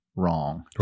wrong